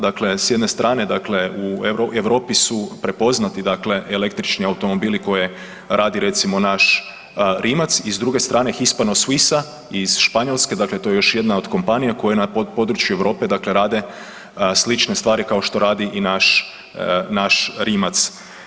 Dakle, s jedne strane u Europi su prepoznati električni automobili koje radi recimo naš Rimac i s druge strane Hispano-Suiza iz Španjolske dakle to je još jedna od kompanija koja na području Europe rade slične stvari kao što radi i naš Rimac.